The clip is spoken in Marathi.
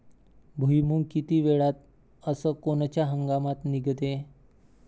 भुईमुंग किती वेळात अस कोनच्या हंगामात निगते?